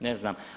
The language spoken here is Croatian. Ne znam.